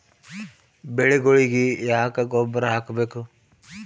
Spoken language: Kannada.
ಬೆಳಿಗೊಳಿಗಿ ಯಾಕ ಗೊಬ್ಬರ ಹಾಕಬೇಕು?